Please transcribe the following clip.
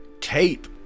tape